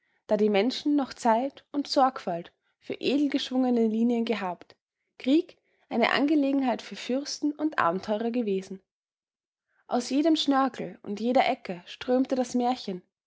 da die menschen noch zeit und sorgfalt für edel geschwungene linien gehabt krieg eine angelegenheit für fürsten und abenteurer gewesen aus jedem schnörkel und jeder ecke strömte das märchen